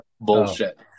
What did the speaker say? bullshit